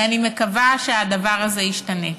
ואני מקווה שהדבר הזה ישתנה.